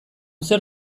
zer